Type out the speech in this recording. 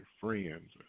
friends